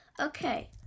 okay